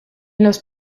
los